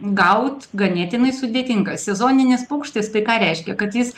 gaut ganėtinai sudėtinga sezoninis paukštis tai ką reiškia kad jis